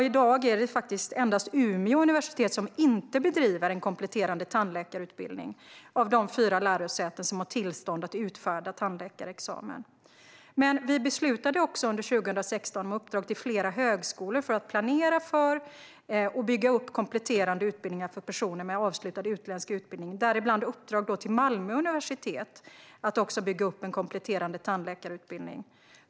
I dag är det endast Umeå universitet som inte bedriver en kompletterande tandläkarutbildning, av de fyra lärosäten som har tillstånd att utfärda tandläkarexamen. Under 2016 beslutade vi också om uppdrag till flera högskolor för att planera för och bygga upp kompletterande utbildningar för personer med avslutad utländsk utbildning, däribland ett uppdrag till Malmö universitet att bygga upp en kompletterande tandläkarutbildning.